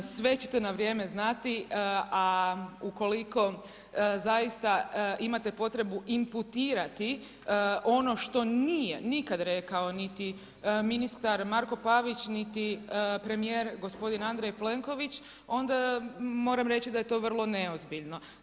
Sve ćete na vrijeme znati, a ukoliko zaista imate potrebu imputirati ono što nije nikad rekao niti ministar Marko Pavić, niti premijer gospodin Andrej Plenković, onda moram reći da je to vrlo neozbiljno.